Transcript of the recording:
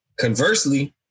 Conversely